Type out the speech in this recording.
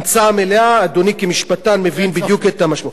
המצאה מלאה, אדוני כמשפטן מבין בדיוק את המשמעות.